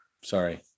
Sorry